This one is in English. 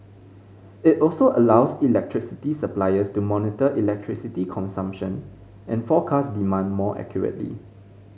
it also allows electricity suppliers to monitor electricity consumption and forecast demand more accurately